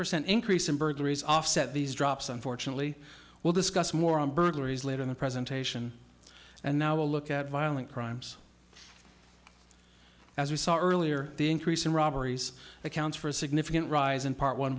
percent increase in burglaries offset these drops unfortunately we'll discuss more on burglaries later in the presentation and now look at violent crimes as we saw earlier the increase in robberies accounts for a significant rise in part one